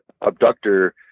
abductor